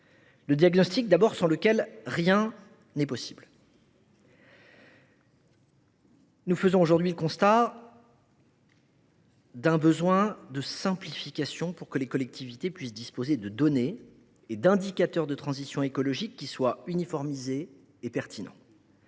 le diagnostic, sans lequel rien n’est possible. Aujourd’hui, nous faisons le constat d’un besoin de simplification pour que les collectivités puissent disposer de données et d’indicateurs de transition écologique uniformisés et pertinents.